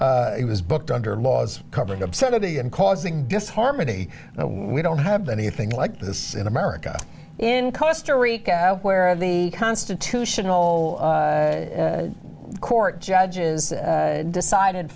it was booked under laws covering obscenity and causing disharmony we don't have anything like this in america in costa rica where the constitutional court judges decided